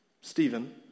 Stephen